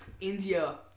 india